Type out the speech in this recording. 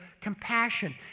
compassion